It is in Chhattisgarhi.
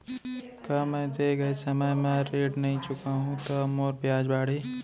का मैं दे गए समय म ऋण नई चुकाहूँ त मोर ब्याज बाड़ही?